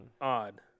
odd